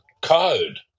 code